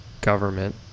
government